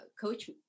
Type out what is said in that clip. coach